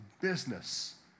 business